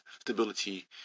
stability